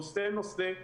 נושא נושא,